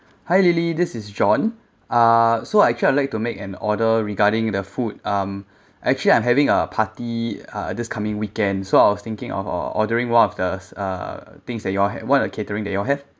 hi lily this is john uh so actually I like to make an order regarding the food um actually I'm having a party uh this coming weekend so I was thinking of ordering one of the uh things that you all ha~ one of catering that you all have